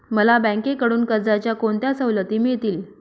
मला बँकेकडून कर्जाच्या कोणत्या सवलती मिळतील?